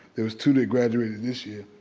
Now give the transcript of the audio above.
there was two that graduated this year,